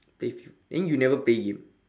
play FIF~ then you never play game